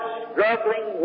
struggling